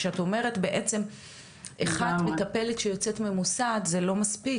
כשאת אומרת בעצם מטפלת שיוצאת ממוסד זה לא מספיק,